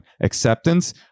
acceptance